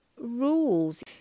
rules